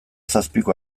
zazpiko